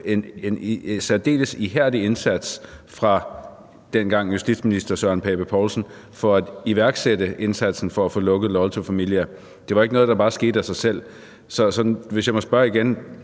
en særdeles ihærdig indsats af den daværende justitsminister, Søren Pape Poulsen, for at iværksætte indsatsen for at få lukket Loyal To Familia. Det var ikke noget, der bare skete af sig selv. Så hvis jeg må spørge igen: